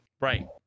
Right